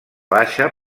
baixa